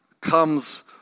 comes